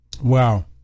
Wow